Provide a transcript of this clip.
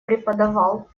преподавал